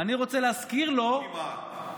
אני רוצה להזכיר לו, לא כמעט.